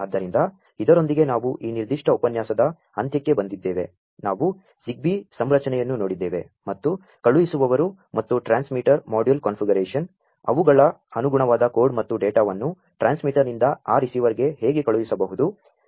ಆದ್ದರಿಂ ದ ಇದರೊಂ ದಿಗೆ ನಾ ವು ಈ ನಿರ್ದಿ ಷ್ಟ ಉಪನ್ಯಾ ಸದ ಅಂ ತ್ಯ ಕ್ಕೆ ಬಂ ದಿದ್ದೇ ವೆ ನಾ ವು ZigBee ಸಂ ರಚನೆಯನ್ನು ನೋ ಡಿದ್ದೇ ವೆ ಮತ್ತು ಕಳು ಹಿಸು ವವರು ಮತ್ತು transmitter module configuration ಅವು ಗಳ ಅನು ಗು ಣವಾ ದ ಕೋ ಡ್ ಮತ್ತು ಡೇ ಟಾ ವನ್ನು ಟ್ರಾ ನ್ಸ್ಮಿ ಟರ್ನಿಂ ದ ಆ ರಿಸೀ ವರ್ಗೆ ಹೇ ಗೆ ಕಳು ಹಿಸಬಹು ದು